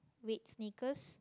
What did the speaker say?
red sneakers